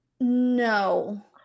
No